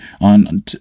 on